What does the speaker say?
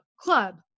club